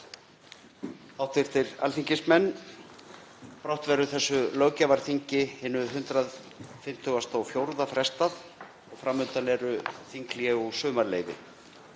Hv. alþingismenn. Brátt verður þessu löggjafarþingi, hinu 154., frestað og fram undan eru þinghlé og sumarleyfi.